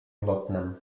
odlotnem